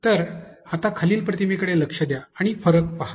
तर आता खालील प्रतिमेकडे लक्ष द्या आणि फरक पहा